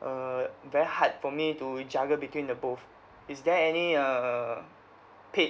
uh very hard for me to juggle between the both is there any uh paid